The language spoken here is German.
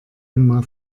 einmal